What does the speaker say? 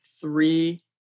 three